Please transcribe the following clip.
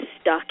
stuck